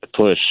push